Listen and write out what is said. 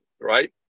right